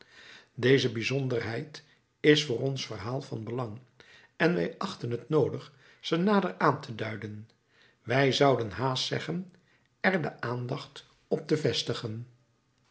deze bijzonderheid is voor ons verhaal van belang en wij achten het noodig ze nader aan te duiden wij zouden haast zeggen er de aandacht op te vestigen